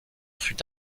fut